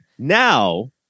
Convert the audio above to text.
Now